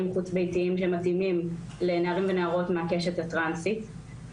חוץ ביתיים שמתאימים לנערים ונערות מהקשת הטרנסית.